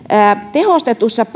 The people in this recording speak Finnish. tehostetun